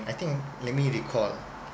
I think let me recall